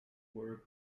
work